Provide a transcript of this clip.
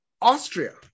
Austria